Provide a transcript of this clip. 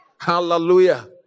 Hallelujah